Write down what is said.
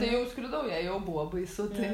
tai jau skridau jai jau buvo baisu tai